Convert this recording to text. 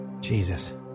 Jesus